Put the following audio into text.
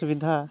ᱥᱩᱵᱤᱫᱷᱟ